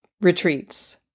retreats